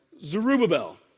Zerubbabel